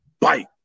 bite